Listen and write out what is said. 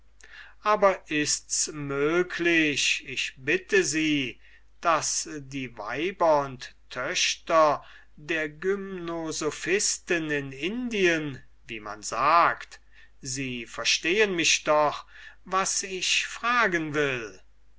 aber ists möglich ich bitte sie daß die weiber und töchter der gymnosophisten in indien wie man sagt sie verstehen mich doch was ich fragen will